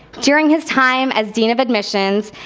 during his time as dean of admissions,